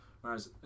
Whereas